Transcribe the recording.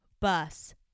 bus